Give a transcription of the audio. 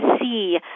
see